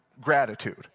gratitude